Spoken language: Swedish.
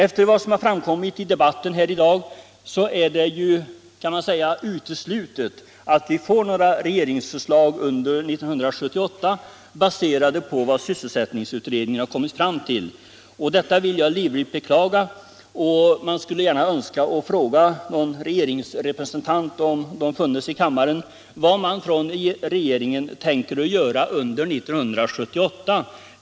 Efter vad som framkommit i debatten här i dag kan man väl säga att det är uteslutet att vi under 1978 får några regeringsförslag baserade på vad sysselsättningsutredningen har kommit fram till. Detta beklagar jag livligt, och jag skulle gärna vilja fråga en regeringsrepresentant — om det hade funnits någon sådan närvarande i kammaren — vad man i regeringen tänker göra under 1978.